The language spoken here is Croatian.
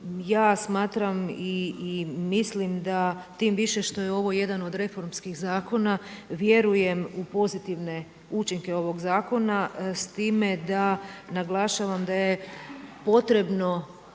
ja smatram i mislim da tim više što je ovo jedan od reformskih zakona vjerujem u pozitivne učinke ovog zakona s time da naglašavam da je potrebno